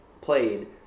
played